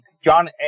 John